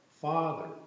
Father